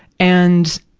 and,